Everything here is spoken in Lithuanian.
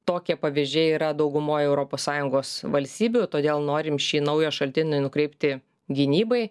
tokie pavyzdžiai yra daugumoj europos sąjungos valstybių todėl norim šį naują šaltinį nukreipti gynybai